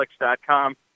Netflix.com